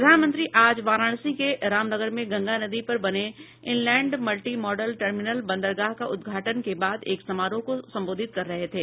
प्रधानमंत्री आज वाराणसी के रामनगर में गंगा नदी पर बने इनलैण्ड मल्टी मॉडल टर्मिनल बंदरगाह का उद्घाटन के बाद एक समारोह के संबोधित कर रहे थे